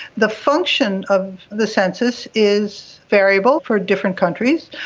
the function of the census is variable for different countries.